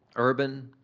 urban,